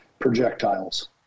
projectiles